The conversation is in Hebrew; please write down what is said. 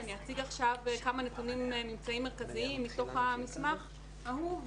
אני אציג עכשיו כמה ממצאים מרכזיים מתוך המסמך האמור,